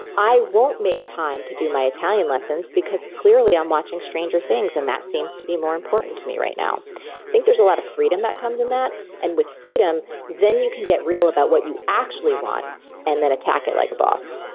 i won't make time to do my italian lessons because clearly i'm watching stranger things and that seems to be more important to me right now. i think there's a lot of freedom that comes in that and with freedom, then you can get real about what you actually want and then attack it like a boss.